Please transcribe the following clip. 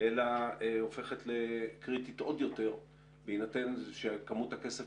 אלא הופכת לקריטית עוד יותר בהינתן שכמות הכסף